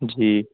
جی